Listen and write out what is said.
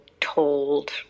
told